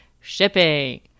shipping